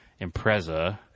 Impreza